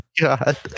god